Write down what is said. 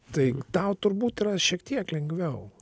tai tau turbūt yra šiek tiek lengviau